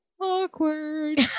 Awkward